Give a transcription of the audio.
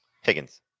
Higgins